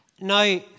Now